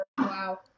Wow